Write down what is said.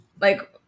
Like-